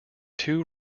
two